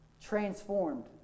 transformed